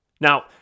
Now